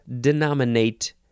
denominate